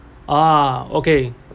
ah okay